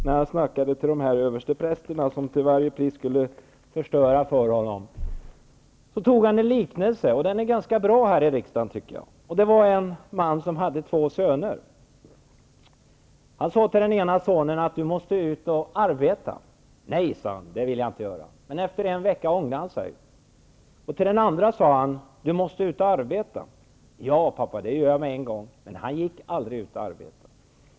Jesus snackade då med översteprästerna, som till varje pris skulle förstöra för honom. Han berättade en liknelse, som jag tycker passar bra i riksdagen. En man hade två söner. Mannen sade till den ena sonen att han måste ut och arbeta. Nej, svarade sonen. Det ville han inte göra. Men efter en vecka ångrade sig sonen. Till den andra sonen sade mannen att han måste ut och arbeta. Ja pappa, svarade sonen. Det skulle han göra med en gång. Men han gick aldrig ut och arbetade.